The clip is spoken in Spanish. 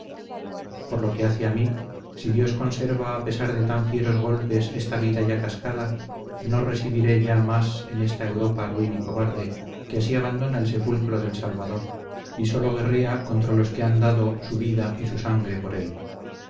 por lo que hace a mí si dios conserva a pesar de tan fieros golpes esta vida ya cascada no residiré ya más en esta europa ruin y cobarde que así abandona el sepulcro del salvador y sólo guerrea contra los que han dado su vida y su sangre por él